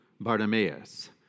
Bartimaeus